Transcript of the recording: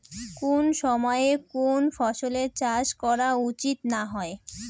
কুন সময়ে কুন ফসলের চাষ করা উচিৎ না হয়?